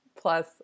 plus